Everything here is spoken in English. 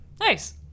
Nice